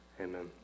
Amen